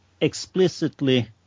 explicitly